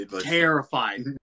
terrified